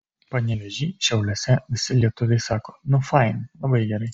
panevėžy šiauliuose visi lietuviai sako nu fain labai gerai